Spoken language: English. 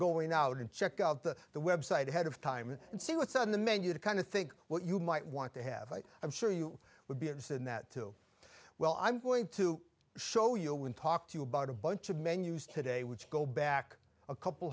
going out and check out the the website ahead of time and see what's on the menu to kind of think what you might want to have i'm sure you would be interested in that too well i'm going to show you and talk to you about a bunch of menus today which go back a couple